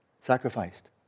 sacrificed